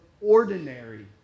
ordinary